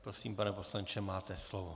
Prosím, pane poslanče, máte slovo.